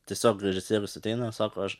tiesiog režisierius ateina sako aš